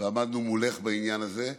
ועמדנו מולך בעניין הזה.